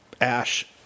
ash